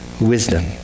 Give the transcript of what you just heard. wisdom